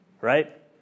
right